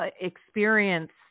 experience